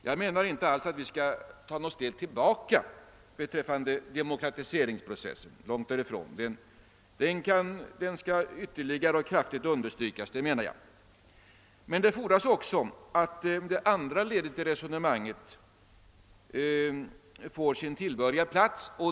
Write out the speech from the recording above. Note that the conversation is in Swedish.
Jag menar inte alls att vi skall ta något steg tillbaka beträffande demokratiseringsprocessen — långt därifrån. Den skall ytterligare kraftigt understrykas. Men det fordras också att det andra ledet får sin plats i resonemanget.